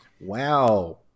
Wow